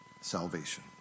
salvation